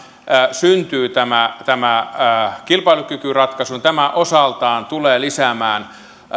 syntyy tämä tämä kilpailukykyratkaisu niin tämä osaltaan tulee lisäämään